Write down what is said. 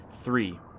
Three